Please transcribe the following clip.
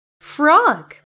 Frog